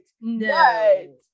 No